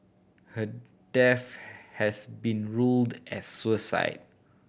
her death has been ruled as suicide